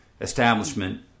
establishment